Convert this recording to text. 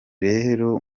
rero